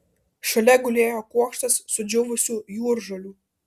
šalia gulėjo kuokštas sudžiūvusių jūržolių